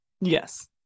Yes